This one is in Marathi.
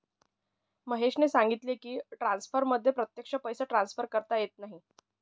महेशने सांगितले की, ट्रान्सफरमध्ये प्रत्यक्ष पैसे ट्रान्सफर करता येत नाहीत